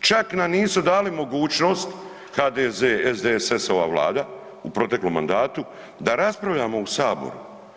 čak nam nisu dali mogućnost HDZ, SDSS-ova vlada u proteklom mandatu da raspravljamo u saboru.